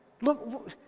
Look